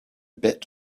bit